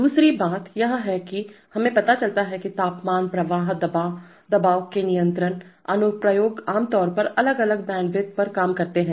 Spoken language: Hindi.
दूसरी बात यह है कि हमें पता चलता है कि तापमान प्रवाह दबाव ये नियंत्रण अनुप्रयोग आम तौर पर अलग अलग बैंडविड्थ पर काम करते हैं